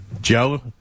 Joe